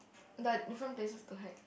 but different places to hide